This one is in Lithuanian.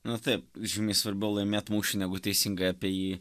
na taip žymiai svarbiau laimėt mūšį negu teisingai apie jį